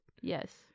Yes